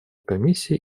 комиссии